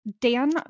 Dan